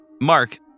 Mark